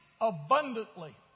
abundantly